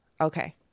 okay